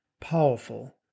powerful